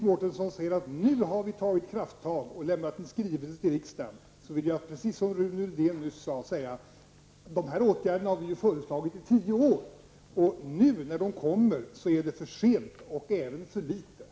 Fru talman! Nu har vi tagit krafttag och lämnat en skrivelse till riksdagen, sade Iris Mårtensson. Då vill jag precis som Rune Rydén nyss gjorde säga att dessa åtgärder har föreslagits i tio år. Nu när de skall vidtas är det för sent, och det är även för bristfälligt.